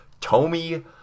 Tommy